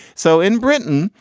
so in britain,